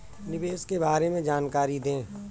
निवेश के बारे में जानकारी दें?